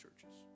churches